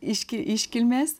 iški iškilmės